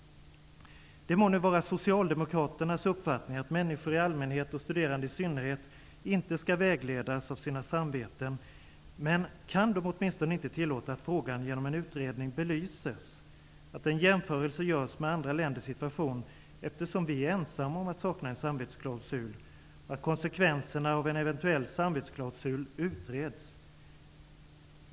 Det må nu vara socialdemokraternas uppfattning att människor i allmänhet och studerande i synnerhet inte skall vägledas av sina samveten. Men kan de åtminstone inte tillåta att frågan belyses genom en utredning, att en jämförelse görs med andra länders situation, eftersom vi är ensamma om att sakna en samvetsklausul, och att konsekvenserna av en eventuell samvetsklausul utreds?